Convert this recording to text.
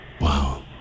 Wow